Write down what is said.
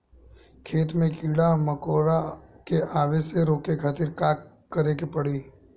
खेत मे कीड़ा मकोरा के आवे से रोके खातिर का करे के पड़ी?